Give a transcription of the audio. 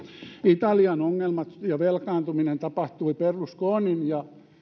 italian ongelmat ja velkaantuminen tapahtuivat berlusconin ja